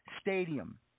stadium